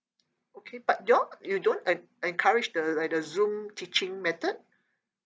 okay but you all you don't en~ encourage the like the zoom teaching method